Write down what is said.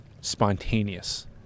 spontaneous